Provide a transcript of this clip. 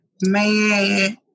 man